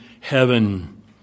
heaven